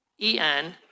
en